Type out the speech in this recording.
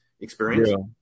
experience